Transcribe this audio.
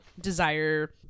desire